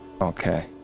Okay